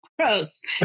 Gross